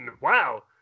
Wow